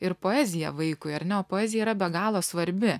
ir poeziją vaikui ar ne o poezija yra be galo svarbi